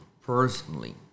personally